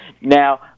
Now